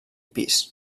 pis